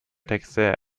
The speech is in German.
texte